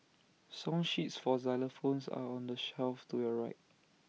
song sheets for xylophones are on the shelf to your right